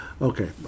Okay